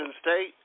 State